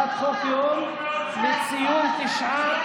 הצעת חוק יום לציון תשעה